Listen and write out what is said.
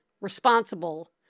responsible